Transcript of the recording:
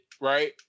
right